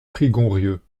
prigonrieux